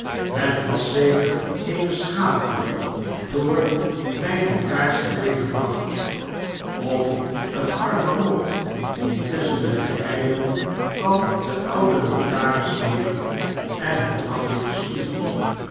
het was zeker eene schaduw door myne kaars teweegge bracht ofeenearmemot die tusschen de geheimen van den ouden notaris leeft en het daglicht schuwt